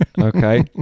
Okay